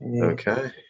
Okay